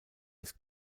des